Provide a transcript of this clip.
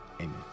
Amen